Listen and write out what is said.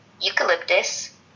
eucalyptus